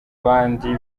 bandi